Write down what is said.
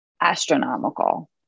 astronomical